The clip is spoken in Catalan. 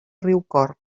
riucorb